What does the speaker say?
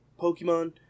Pokemon